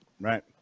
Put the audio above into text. Right